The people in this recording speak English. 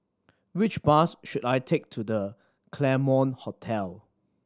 which bus should I take to The Claremont Hotel